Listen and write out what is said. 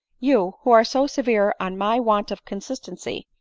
you, who are so severe on my want of consistency,